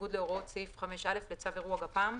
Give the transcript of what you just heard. בניגוד להוראות סעיף 5(א) לצו אירוע גפ"מ,